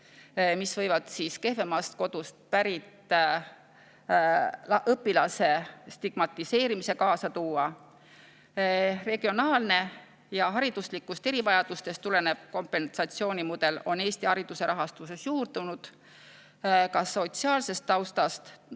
mis võivad kehvemast kodust pärit õpilase stigmatiseerimise kaasa tuua. Regionaalne ja hariduslikust erivajadusest tulenev kompensatsioonimudel on Eesti hariduse rahastuses juurdunud. Ka sotsiaalsest taustast